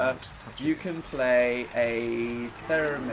you can play a.